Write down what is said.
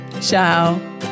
Ciao